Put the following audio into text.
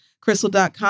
crystal.com